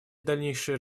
дальнейшей